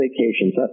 vacations